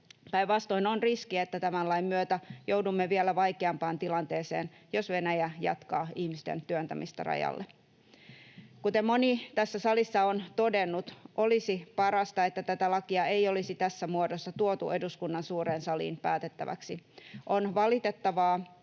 Päinvastoin on riski, että tämän lain myötä joudumme vielä vaikeampaan tilanteeseen, jos Venäjä jatkaa ihmisten työntämistä rajalle. Kuten moni tässä salissa on todennut, olisi parasta, että tätä lakia ei olisi tässä muodossa tuotu eduskunnan suureen saliin päätettäväksi. On valitettavaa,